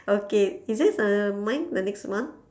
okay is this uh mine the next one